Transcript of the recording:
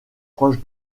proche